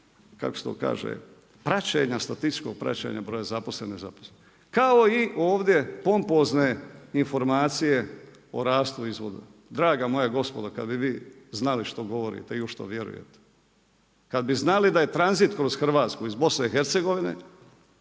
kako se to kaže, praćenja, statističkog praćenja broja zaposlenih i nezaposlenih kao i ovdje pompozne informacije o rastu izvoza. Draga moja gospodo, kada bi vi znali što govorite i u što vjerujete. Kada bi znali da je tranzit kroz Hrvatsku iz Bosne i Hercegovine